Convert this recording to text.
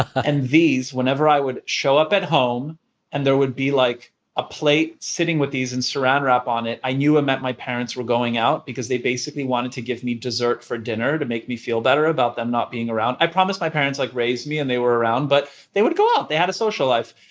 and these whenever i would show up at home and there would be like a plate sitting with these in saran wrap on it, i knew that my parents were going out because they basically wanted to give me dessert for dinner to make me feel better about them not being around. i promise my parents like raised me and they were around, but they would go out. they had a social life.